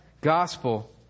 gospel